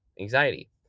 anxiety